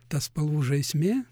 ta spalvų žaismė